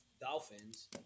dolphins